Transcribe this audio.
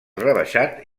rebaixat